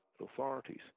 authorities